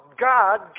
God